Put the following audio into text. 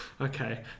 okay